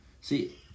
See